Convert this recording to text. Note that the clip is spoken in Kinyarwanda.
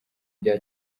bya